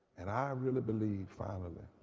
and i really believe, father,